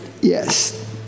Yes